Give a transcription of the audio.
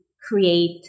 create